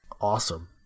Awesome